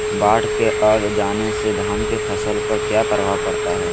बाढ़ के आ जाने से धान की फसल पर किया प्रभाव पड़ता है?